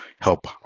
Help